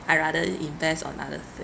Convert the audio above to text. I rather i~ invest on other thing